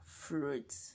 fruits